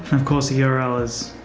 of course, heroes.